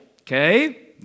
okay